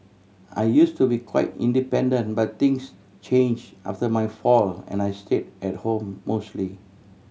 I use to be quite independent but things change after my fall and I stayed at home mostly